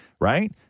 right